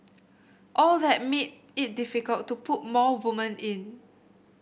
all that made it difficult to put more woman in